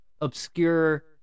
obscure